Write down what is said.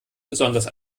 besonders